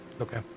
Okay